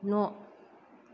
न'